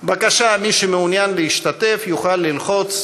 בבקשה, מי שמעוניין להשתתף יוכל ללחוץ